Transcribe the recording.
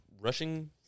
rushing